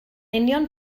union